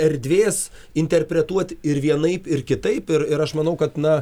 erdvės interpretuot ir vienaip ir kitaip ir ir aš manau kad na